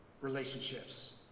relationships